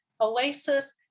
oasis